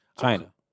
China